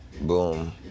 boom